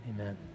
Amen